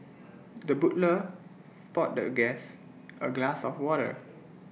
the butler poured the guest A glass of water